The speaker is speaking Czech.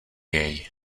jej